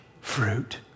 fruit